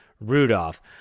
Rudolph